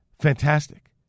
fantastic